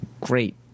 great